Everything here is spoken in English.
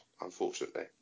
unfortunately